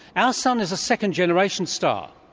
our sun is a second generation star,